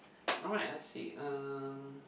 alright let's see um